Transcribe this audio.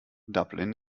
dublin